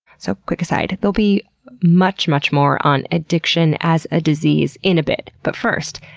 so quick aside, there'll be much much more on addiction as a disease in a bit. but first,